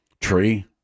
Tree